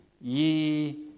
ye